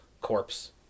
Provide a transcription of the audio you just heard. corpse